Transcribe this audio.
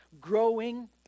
growing